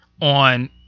on